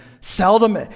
Seldom